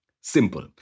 Simple